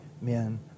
men